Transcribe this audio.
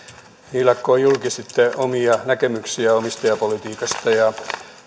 hiljakkoin julkistitte omia näkemyksiänne omistajapolitiikasta